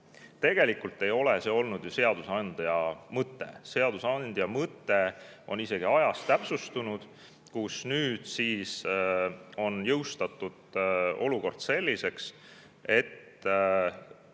Tegelikult ei ole see olnud ju seadusandja mõte. Seadusandja mõte on isegi ajas täpsustunud. Nüüd siis on jõustatud olukord selline, et